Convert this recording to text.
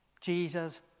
Jesus